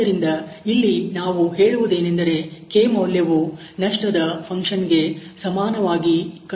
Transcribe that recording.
ಆದ್ದರಿಂದ ಇಲ್ಲಿ ನಾವು ಹೇಳುವುದೇನೆಂದರೆ k ಮೌಲ್ಯವು ನಷ್ಟದ ಫಂಕ್ಷನ್ಗೆ ಸಮಾನವಾಗಿ ಕಂಡುಬರುತ್ತದೆ